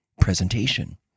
presentation